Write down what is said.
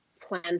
plan